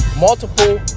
multiple